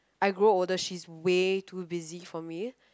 I grow older she's way too busy for me